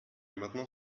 maintenant